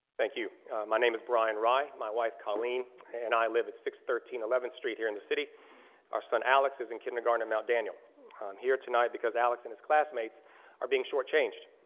thank you my name is brian rye my wife colleen and i live at six thirteen eleventh street here in the city our son alex is in kindergarten at mount daniel. i'm here tonight because alex and his classmates are being shortchanged.